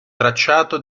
tracciato